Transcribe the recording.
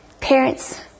Parents